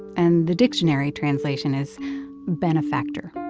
and the dictionary translation is benefactor